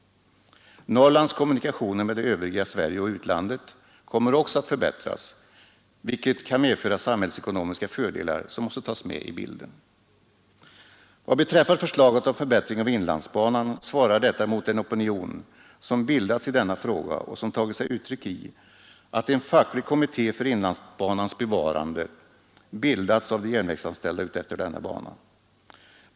Norrlands kommunikationer med det övriga Sverige och med utlandet kommer också att förbättras, vilket kan medföra samhällsekonomiska fördelar som måste tas med i bilden. Vad beträffar förslaget om förbättring av inlandsbanan svarar detta mot den opinion som bildats i denna fråga och som tagit sig uttryck i att en facklig kommitté för inlandsbanans bevarande bildats av de järnvägsanställda utefter denna bana.